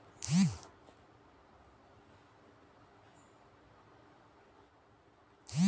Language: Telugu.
గింజలు ఏ విధంగా పెడతారు?